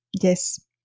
yes